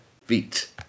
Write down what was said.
feet